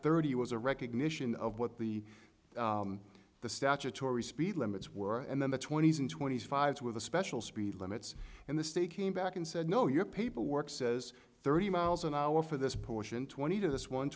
thirty was a recognition of what the the statutory speed limits were and then the twenty's and twenty five's with a special speed limits and the state came back and said no your paperwork says thirty miles an hour for this portion twenty to this one